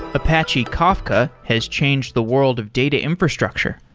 apache kafka has changed the world of data infrastructure.